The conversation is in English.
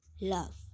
love